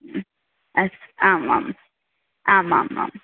ह्म् अस्तु आमाम् आमामाम्